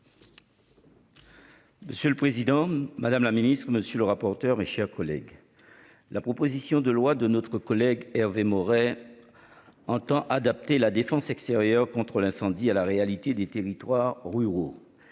Monsieur le président, madame la ministre, monsieur le rapporteur. Mes chers collègues. La proposition de loi de notre collègue Hervé Maurey. Entend adapter la défense extérieure contre l'incendie à la réalité des territoires ruraux.